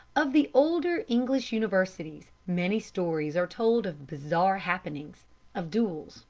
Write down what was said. of the older english universities many stories are told of bizarre happenings of duels,